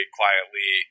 quietly